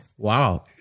Wow